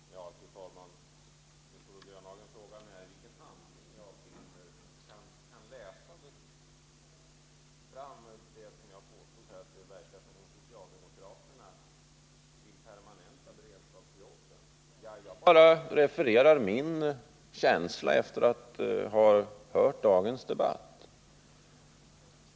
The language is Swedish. Fru talman! Nils-Olof Grönhagen frågade i vilken handling jag kan läsa att det verkar som om socialdemokraterna vill permanenta beredskapsjobben. Jag bara refererade min känsla efter att ha hört dagens debatt.